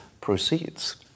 proceeds